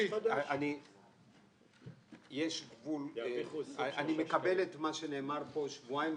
אני מקבל את מה שנאמר פה שבועיים.